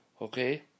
Okay